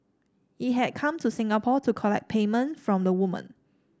he had come to Singapore to collect payment from the woman